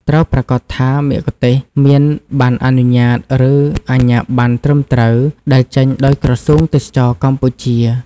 ត្រូវប្រាកដថាមគ្គុទ្ទេសក៍មាន ប័ណ្ណអនុញ្ញាត ឬអាជ្ញាប័ណ្ណត្រឹមត្រូវ ដែលចេញដោយក្រសួងទេសចរណ៍កម្ពុជា។